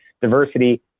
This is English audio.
Diversity